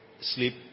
sleep